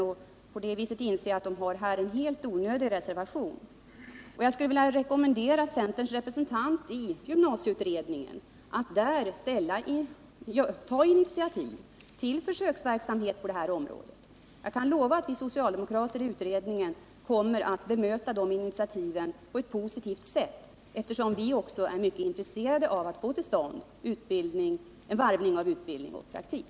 Därigenom skulle man inse att reservationen är helt onödig. Jag skulle vilja rekommendera centerns representant i gymnasieutredningen att där ta initiativ till försöksverksamhet på det här området. Jag kan lova att vi socialdemokrater i utredningen kommer att bemöta de initiativen på ett positivt sätt, eftersom vi också är mycket intresserade av att få till stånd varvning av utbildning och praktik.